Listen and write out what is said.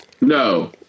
No